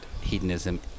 hedonism